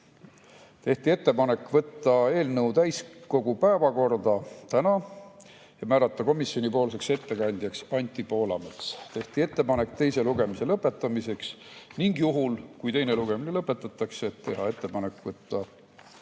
tehti ettepanek võtta eelnõu tänaseks täiskogu päevakorda ja määrata komisjoni ettekandjaks Anti Poolamets. Tehti ettepanek teise lugemise lõpetamiseks ning juhul kui teine lugemine lõpetatakse, otsustati teha ettepanek võtta